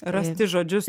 rasti žodžius